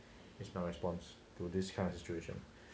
it's my response to this kind of situation